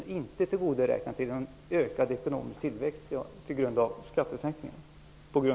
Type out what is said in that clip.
Har ni inte tillgodoräknat er någon ökad ekonomisk tillväxt till följd av skattesänkningen?